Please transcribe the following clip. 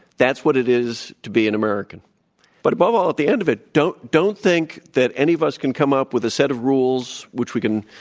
that's what it is to be an but above all, at the end of it, don't don't think that any of us can come up with a set of rules which we can,